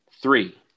three